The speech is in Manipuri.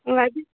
ꯑ ꯑꯗꯨ